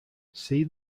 see